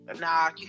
Nah